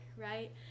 right